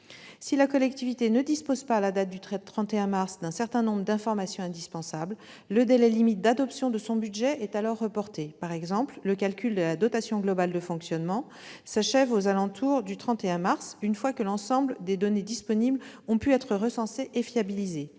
Si la collectivité ne dispose pas, à la date du 31 mars, d'un certain nombre d'informations indispensables, le délai limite d'adoption de son budget est alors reporté. Par exemple, le calcul de la dotation globale de fonctionnement s'achève aux alentours du 31 mars, une fois que l'ensemble des données disponibles a pu être recensé et fiabilisé.